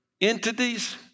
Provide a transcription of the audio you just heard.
entities